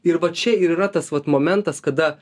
ir va čia ir yra tas vat momentas kada